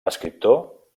escriptor